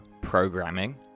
programming